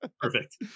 Perfect